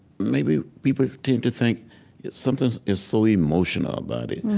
maybe people tend to think something is so emotional about it.